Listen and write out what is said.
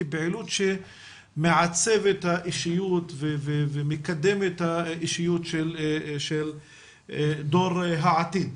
כפעילות שמעצבת את האישיות ומקדמת את האישיות של דור העתיד.